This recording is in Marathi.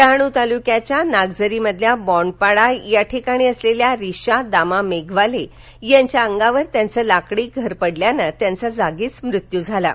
डहाणू तालुक्याच्या नागझरी मधल्या बॉण्ड पाडा या ठिकाणी असलेल्या रिश्या दामा मेघवाले यांच्या अंगावर त्यांचं लाकडी घर पडल्यानं त्यांचा जागीच मृत्यू झाला आहे